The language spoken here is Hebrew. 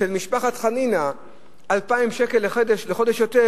אצל משפחת חנינא 2,000 שקל לחודש יותר,